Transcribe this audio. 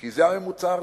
כי זה הממוצע הארצי.